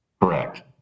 Correct